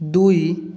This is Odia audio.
ଦୁଇ